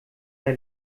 der